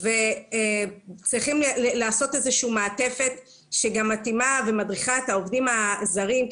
בנוסף צריכים לעשות איזו שהיא מעטפת שמתאימה ומדריכה את העובדים הזרים.